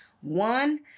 One